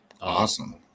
Awesome